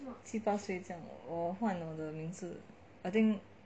七八岁这样我换我的名字 i think